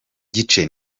gice